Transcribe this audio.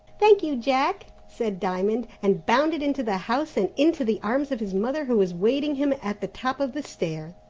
thank you, jack, said diamond, and bounded into the house, and into the arms of his mother, who was waiting him at the top of the stair.